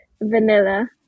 vanilla